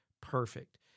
perfect